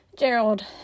Gerald